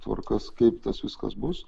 tvarkas kaip tas viskas bus